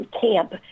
camp